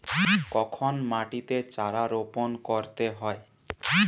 কখন মাটিতে চারা রোপণ করতে হয়?